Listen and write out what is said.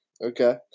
Okay